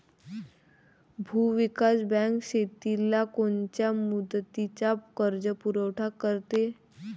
भूविकास बँक शेतीला कोनच्या मुदतीचा कर्जपुरवठा करते?